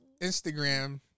Instagram